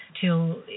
till